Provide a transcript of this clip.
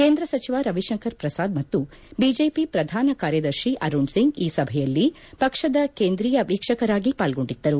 ಕೇಂದ್ರ ಸಚಿವ ರವಿಶಂಕರ ಪ್ರಸಾದ್ ಮತ್ತು ಬಿಜೆಪಿ ಪ್ರಧಾನ ಕಾರ್ಯದರ್ಶಿ ಅರುಣ್ ಸಿಂಗ್ ಈ ಸಭೆಯಲ್ಲಿ ಪಕ್ಷದ ಕೇಂದ್ರೀಯ ವೀಕ್ಷಕರಾಗಿ ಪಾಲ್ಗೊಂಡಿದ್ಲರು